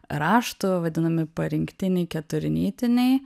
raštų vadinami parinktiniai ketrunytiniai